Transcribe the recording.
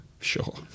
Sure